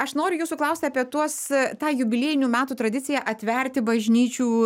aš noriu jūsų klausti apie tuos tą jubiliejinių metų tradiciją atverti bažnyčių